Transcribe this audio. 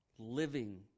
living